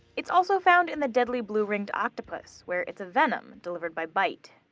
it's also found in the deadly blue-ringed octopus, where it's a venom delivered by bite.